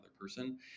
person